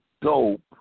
dope